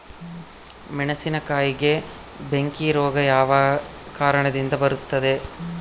ಮೆಣಸಿನಕಾಯಿಗೆ ಬೆಂಕಿ ರೋಗ ಯಾವ ಕಾರಣದಿಂದ ಬರುತ್ತದೆ?